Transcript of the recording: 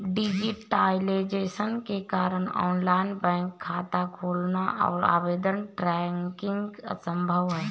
digitisation के कारण online bank खाता खोलना और आवेदन ट्रैकिंग संभव हैं